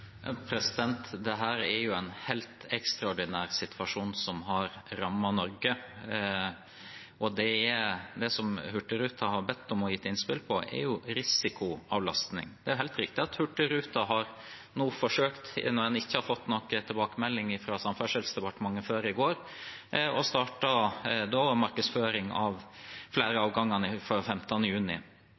Det er jo en helt ekstraordinær situasjon som har rammet Norge. Det Hurtigruten har bedt om og gitt innspill på, er jo risikoavlastning. Det er helt riktig at Hurtigruten nå har forsøkt, når en har ikke fått noen tilbakemelding fra Samferdselsdepartementet før i går, å starte markedsføring av flere avganger før 15. juni.